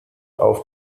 auf